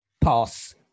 pass